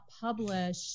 publish